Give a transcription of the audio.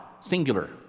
singular